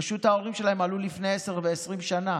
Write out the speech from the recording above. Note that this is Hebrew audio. פשוט ההורים שלהם עלו לפני 10 ו-20 שנה,